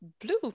blue